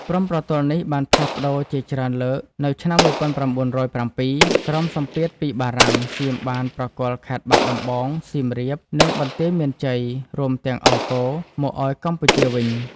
ព្រំប្រទល់នេះបានផ្លាស់ប្តូរជាច្រើនលើក នៅឆ្នាំ ១៩០៧ ក្រោមសម្ពាធពីបារាំង សៀមបានប្រគល់ខេត្តបាត់ដំបង សៀមរាប និងបន្ទាយមានជ័យ រួមទាំងអង្គរ មកឱ្យកម្ពុជាវិញ។